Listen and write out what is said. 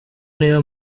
niyo